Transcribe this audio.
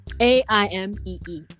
A-I-M-E-E